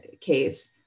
case